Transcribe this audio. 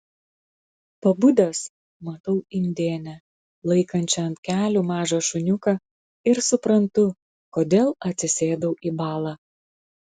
pabudęs matau indėnę laikančią ant kelių mažą šuniuką ir suprantu kodėl atsisėdau į balą